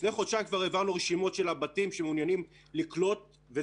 לפני חודשיים כבר העברנו רשימות של הבתים שמעוניינים לקלוט את העובדים,